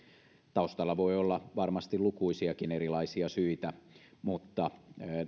taustalla voi olla varmasti lukuisiakin erilaisia syitä mutta